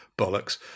bollocks